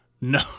no